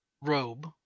robe